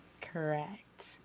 Correct